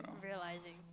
Realizing